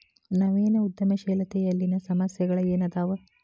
ನವೇನ ಉದ್ಯಮಶೇಲತೆಯಲ್ಲಿನ ಸಮಸ್ಯೆಗಳ ಏನದಾವ